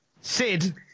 Sid